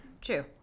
true